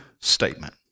statement